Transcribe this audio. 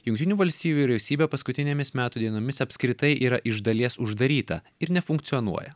jungtinių valstijų vyriausybė paskutinėmis metų dienomis apskritai yra iš dalies uždaryta ir nefunkcionuoja